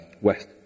west